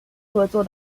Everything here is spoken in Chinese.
合作